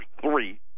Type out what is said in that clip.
three